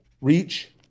reach